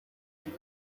and